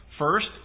First